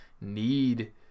need